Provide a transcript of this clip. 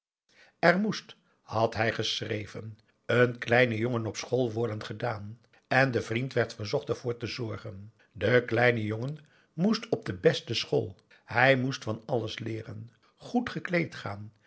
er moest had hij geschreven een kleine jongen op school worden gedaan en de vriend werd verzocht ervoor te zorgen de kleine jongen moest op de beste school hij moest van alles leeren goed gekleed gaan